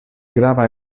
grava